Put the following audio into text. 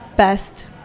Best